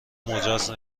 مجاز